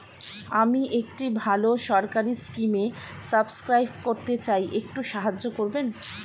আমি একটি ভালো সরকারি স্কিমে সাব্সক্রাইব করতে চাই, একটু সাহায্য করবেন?